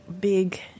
big